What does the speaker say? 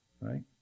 Right